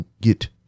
get